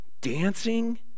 dancing